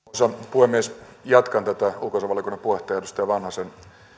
puhemies jatkan tätä ulkoasiainvaliokunnan puheenjohtaja edustaja vanhasen